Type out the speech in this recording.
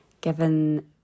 given